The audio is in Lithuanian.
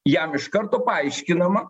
jam iš karto paaiškinama